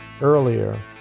earlier